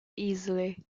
easily